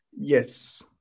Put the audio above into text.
Yes